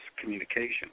communication